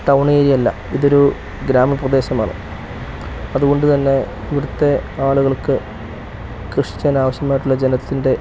ടൗണേരിയ അല്ല ഇതൊരു ഗ്രാമപ്രദേശമാണ് അതുകൊണ്ട് തന്നെ ഇവിടുത്തെ ആളുകൾക്ക് കൃഷി ചെയ്യൻ ആവശ്യമായിട്ടുള്ള ജലത്തിൻ്റെ